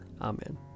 Amen